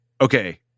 Okay